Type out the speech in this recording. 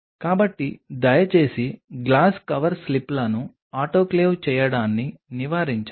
కాబట్టి దయచేసి glass cover స్లిప్లను ఆటోక్లేవ్ చేయడాన్ని నివారించండి